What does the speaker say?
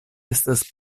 estas